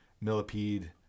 millipede